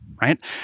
right